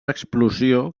explosió